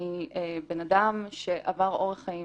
אני בן אדם שעבר אורח חיים